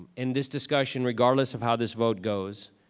and this discussion, regardless of how this vote goes,